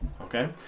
Okay